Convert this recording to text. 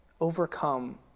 overcome